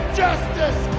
justice